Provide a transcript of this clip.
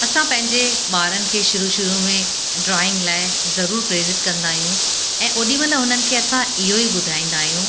असां पंहिंजे ॿारनि खे शुरू शुरू में ड्रॉइंग लाइ ज़रूरु प्रेरित कंदा आहियूं ऐं होॾी महिल हुननि खे असां इहो ई ॿुधाईंदा आहियूं